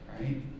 right